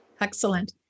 excellent